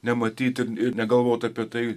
nematyti ir negalvot apie tai